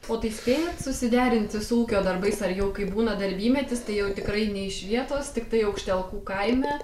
o tai spėjat susiderinti su ūkio darbais ar jau kai būna darbymetis tai jau tikrai ne iš vietos tiktai aukštelkų kaime